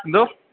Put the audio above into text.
hello